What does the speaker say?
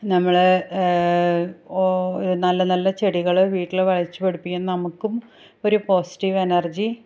നമ്മൾ നല്ല നല്ല ചെടികൾ വീട്ടിൽ വച്ചു പിടിപ്പിക്കുന്നത് നമുക്കും ഒരു പോസിറ്റീവ് എനർജി